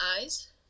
eyes